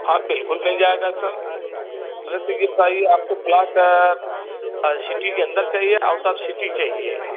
हाँ बिल्कुल मिल जाएगा सर अगर से कि चाहिए आपको प्लॉट सिटी के अंदर चाहिए आउट ऑफ़ सिटी चाहिए